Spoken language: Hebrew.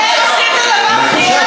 אתם עושים את הדבר הכי גזעני פה,